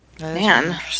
man